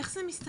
איך זה מסתדר?